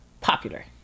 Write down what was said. popular